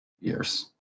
years